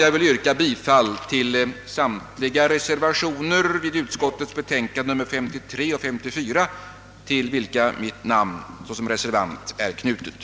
Jag yrkar bifall till samtliga de reservationer i statsutskottets utlåtanden nr 53 och 54, som jag varit med om att underteckna.